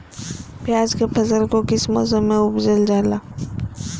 प्याज के फसल को किस मौसम में उपजल जाला?